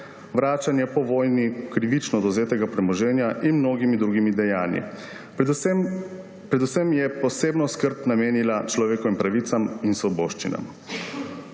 vračanjem po vojni krivično odvzetega premoženja in mnogimi drugimi dejanji. Predvsem je posebno skrb namenila človekovim pravicam in svoboščinam.